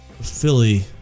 Philly